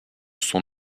son